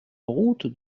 route